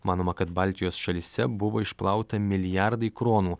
manoma kad baltijos šalyse buvo išplauta milijardai kronų